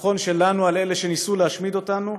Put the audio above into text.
הניצחון שלנו על אלה שניסו להשמיד אותנו.